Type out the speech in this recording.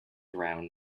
round